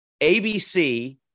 ABC